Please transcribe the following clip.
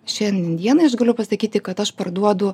šiandien dieną aš galiu pasakyti kad aš parduodu